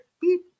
beep